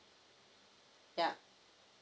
yeah